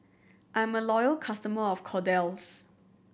I'm a loyal customer of Kordel's